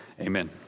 Amen